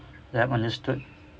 yup understood